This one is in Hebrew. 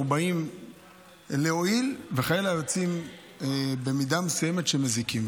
אתה יודע: אנחנו באים להועיל וחלילה יוצא שבמידה מסוימת מזיקים.